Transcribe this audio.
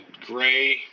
gray